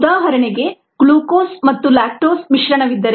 ಉದಾಹರಣೆಗೆ ಗ್ಲೂಕೋಸ್ ಮತ್ತು ಲ್ಯಾಕ್ಟೋಸ್ ಮಿಶ್ರಣವಿದ್ದರೆ